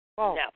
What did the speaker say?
No